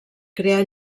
crear